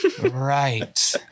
Right